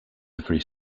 every